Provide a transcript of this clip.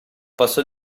posso